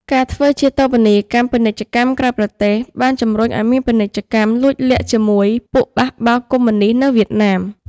ការធ្វើជាតូបនីយកម្មពាណិជ្ជកម្មក្រៅប្រទេស បានជំរុញឲ្យមានពាណិជ្ជកម្មលួចលាក់ជាមួយពួកបេះបោរកុម្មុយនីស្តនៅវៀតណាម។